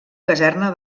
caserna